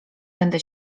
będę